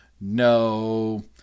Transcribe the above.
No